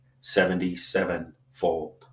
seventy-sevenfold